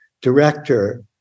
director